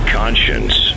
conscience